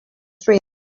three